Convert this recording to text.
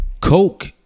Coke